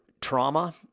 trauma